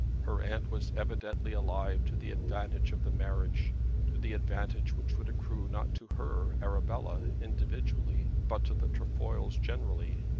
her aunt was evidently alive to the advantage of the marriage to the advantage which would accrue not to her, arabella, individually, but to the trefoils generally.